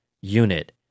unit